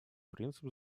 принцип